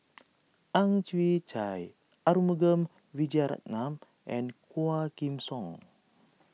Ang Chwee Chai Arumugam Vijiaratnam and Quah Kim Song